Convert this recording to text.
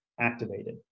activated